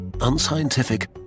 Unscientific